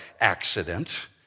accident